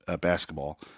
basketball